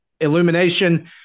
Illumination